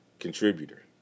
contributor